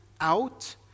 out